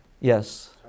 yes